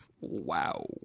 Wow